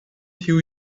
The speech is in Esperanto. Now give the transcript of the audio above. tiu